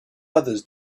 others